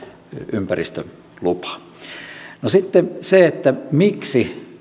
ympäristölupa no sitten miksi